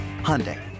Hyundai